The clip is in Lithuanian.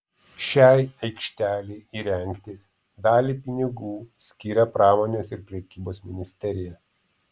šiai aikštelei įrengti dalį pinigų skiria pramonės ir prekybos ministerija